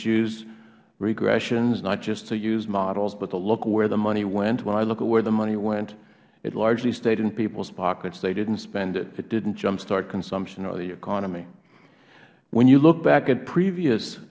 use regressions not just to use models but look where the money went when i look at where the money went it largely stayed in peoples pockets they didn't spend it it didn't jump start consumption or the economy when we look back at previous